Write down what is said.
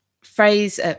phrase